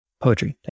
poetry